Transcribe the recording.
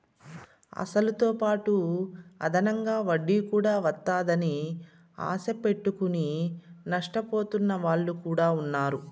అసలుతోపాటు అదనంగా వడ్డీ కూడా వత్తాదని ఆశ పెట్టుకుని నష్టపోతున్న వాళ్ళు కూడా ఉన్నారు